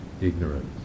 ignorance